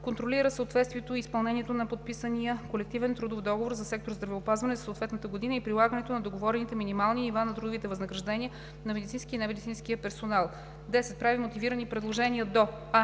Контролира съответствието и изпълнението на подписания колективен трудов договор за сектор „Здравеопазване“ за съответната година и прилагането на договорените минимални нива на трудовите възнаграждения на медицинския и немедицинския персонал. 10. Прави мотивирани предложения до: